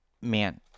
man